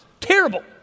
terrible